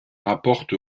rapporte